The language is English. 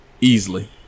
Easily